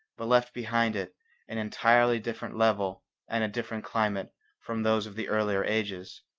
but left behind it an entirely different level and a different climate from those of the earlier ages.